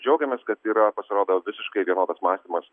džiaugiamės kad yra pasirodo visiškai vienodas mąstymas